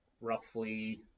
roughly